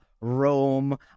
Rome